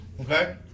Okay